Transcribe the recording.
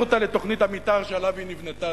אותה לתוכנית המיתאר שעליה היא נבנתה,